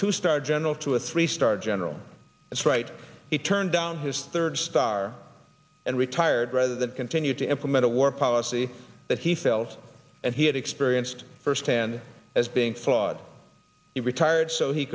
two star general to a three star general that's right he turned down his third star and retired rather than continue to implement a war policy that he fails and he had experienced firsthand as being flawed he retired so he